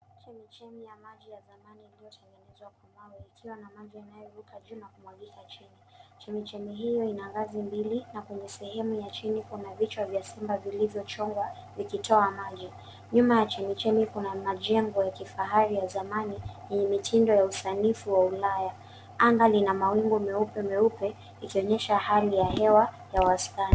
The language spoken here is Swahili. Chemichemi ya maji ya zamani iliyotengenezwa kwa mawe, ikiwa na maji yanayovuka juu na kumwagika chini. Chemichemi hiyo ina ngazi mbili na kwenye sehemu ya chini, kuna vichwa vya simba vilivyochongwa ikitoa maji. Nyuma ya chemichemi, kuna majengo ya kifahari ya zamani yenye mitindo ya usanifu wa ulaya. Anga lina mawingu meupe meupe ikionyesha hali ya hewa ya wastani.